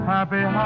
Happy